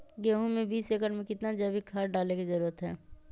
गेंहू में बीस एकर में कितना जैविक खाद डाले के जरूरत है?